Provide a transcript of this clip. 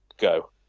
go